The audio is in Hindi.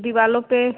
दीवारों पर